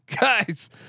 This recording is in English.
Guys